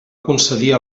concedir